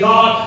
God